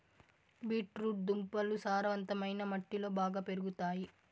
beet root దుంపలు సారవంతమైన మట్టిలో బాగా పెరుగుతాయి